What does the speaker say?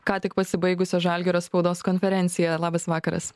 ką tik pasibaigusią žalgirio spaudos konferenciją labas vakaras